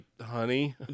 honey